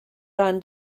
ran